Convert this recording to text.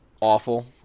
awful